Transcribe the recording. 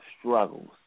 struggles